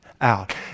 out